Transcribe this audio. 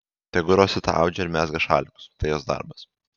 tegu rosita audžia ir mezga šalikus tai jos darbas